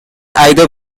either